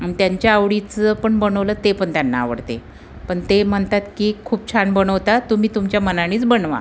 आणि त्यांच्या आवडीचं पण बनवलं ते पण त्यांना आवडते पण ते म्हणतात की खूप छान बनवतात तुम्ही तुमच्या मनानेच बनवा